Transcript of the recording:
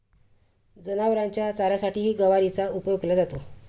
जनावरांच्या चाऱ्यासाठीही गवारीचा उपयोग केला जातो